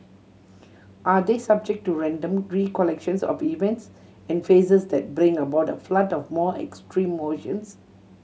are they subject to random recollections of events and faces that bring about a flood of more extreme emotions